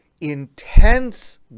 intense